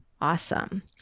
Awesome